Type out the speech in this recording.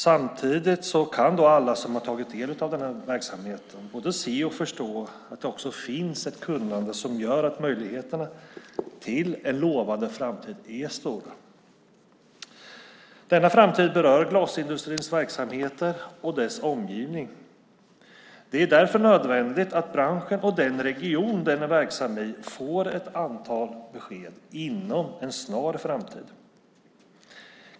Samtidigt kan alla som har tagit del av denna verksamhet både se och förstå att det också finns ett kunnande som gör att möjligheterna till en lovande framtid är stora. Denna framtid berör glasindustrins verksamheter och dess omgivning. Det är därför nödvändigt att branschen och den region som den är verksam i får ett antal besked inom en snar framtid.